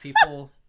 people